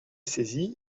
saisi